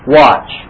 watch